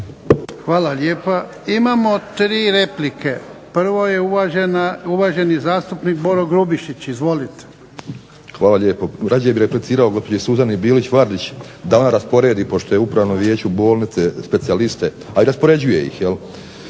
Hvala lijepa. Imamo 3 replike. Prvo je uvaženi zastupnik Boro Grubišić, izvolite. **Grubišić, Boro (HDSSB)** Hvala lijepo. Radije bih replicirao gospođi Suzani Bilić Vardić da ona rasporedi pošto je u Upravnom vijeću bolnice specijaliste, a i raspoređuje ih jel',